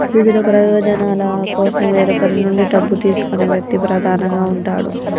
వివిధ ప్రయోజనాల కోసం వేరొకరి నుండి డబ్బు తీసుకునే వ్యక్తి ప్రధానంగా ఉంటాడు